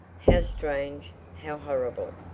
how strange, how horrible!